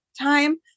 time